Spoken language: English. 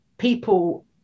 People